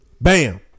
bam